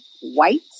White